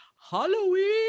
Halloween